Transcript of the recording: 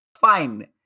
fine